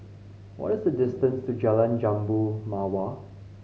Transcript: what is the distance to Jalan Jambu Mawar